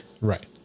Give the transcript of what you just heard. Right